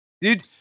dude